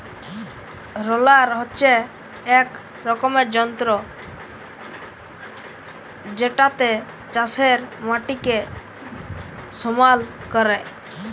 roller হচ্যে এক রকমের যন্ত্র জেতাতে চাষের মাটিকে সমাল ক্যরে